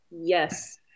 yes